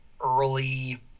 early